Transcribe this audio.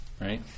right